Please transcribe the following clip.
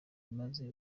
maze